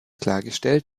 klargestellt